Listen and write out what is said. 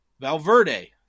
Valverde